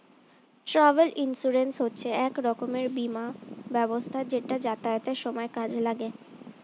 travel insurance হচ্ছে এক রকমের বীমা ব্যবস্থা যেটা যাতায়াতের সময় কাজে লাগে